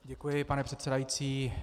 Děkuji, pane předsedající.